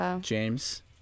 James